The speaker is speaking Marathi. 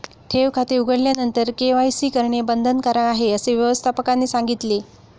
ठेव खाते उघडल्यानंतर के.वाय.सी करणे बंधनकारक आहे, असे व्यवस्थापकाने सांगितले